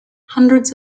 hundreds